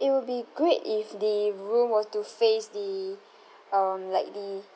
it will be great if the room were to face the um like the